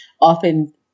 often